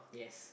yes